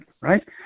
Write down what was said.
right